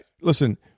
listen